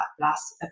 last